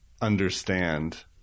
understand